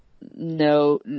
no